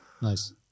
Nice